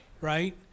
right